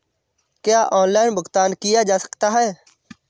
क्या ऑनलाइन भुगतान किया जा सकता है?